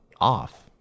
off